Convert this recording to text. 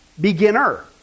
beginner